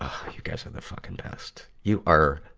ah you guys are the fucking best. you are,